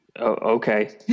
okay